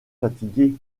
fatigué